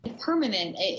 Permanent